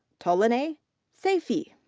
tolunay seyfi.